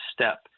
step